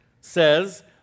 says